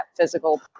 physical